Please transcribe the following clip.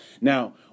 now